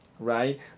right